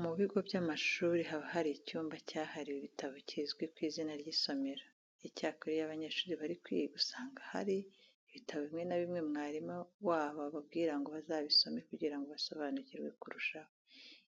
Mu bigo by'amashuri haba hari icyumba cyahariwe ibitabo kizwi ku izina ry'isomero. Icyakora iyo abanyeshuri bari kwiga usanga hari ibitabo bimwe na bimwe mwarimu wabo ababwira ngo bazabisome kugira ngo basobanukirwe kurushaho